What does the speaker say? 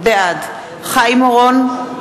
בעד חיים אורון,